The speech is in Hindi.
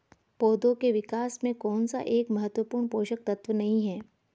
पौधों के विकास में कौन सा एक महत्वपूर्ण पोषक तत्व नहीं है?